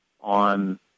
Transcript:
on